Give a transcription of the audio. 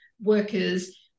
workers